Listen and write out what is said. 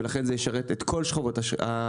ולכן זה ישרת את כל שכבות האוכלוסייה,